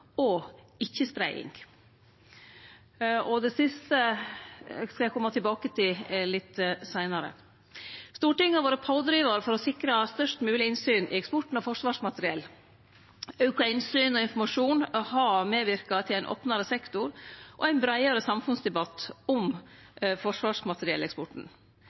og ikkje-spreiing. Det siste skal eg kome tilbake til litt seinare. Stortinget har vore pådrivar for å sikre størst mogleg innsyn i eksporten av forsvarsmateriell. Auka innsyn og informasjon har medverka til ein opnare sektor og ein breiare samfunnsdebatt om forsvarsmaterielleksporten.